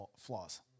flaws